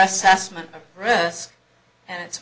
assessment of risk and it